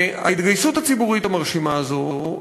ההתגייסות הציבורית המרשימה הזאת,